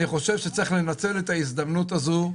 אני חושב שצריך לנצל את ההזדמנות הזו,